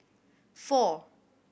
four